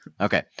Okay